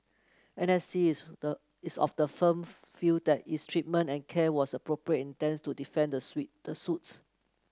N S C is the is of the firm view that its treatment and care was appropriate and intends to defend the suite the suit